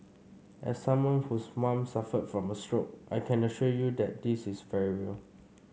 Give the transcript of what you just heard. as someone whose mom suffered from a stroke I can assure you that this is very real